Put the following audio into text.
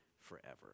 forever